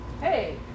hey